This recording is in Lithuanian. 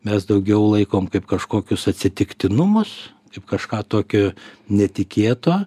mes daugiau laikom kaip kažkokius atsitiktinumus kaip kažką tokio netikėto